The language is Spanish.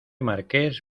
marqués